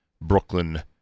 Brooklyn